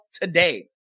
today